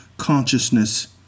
consciousness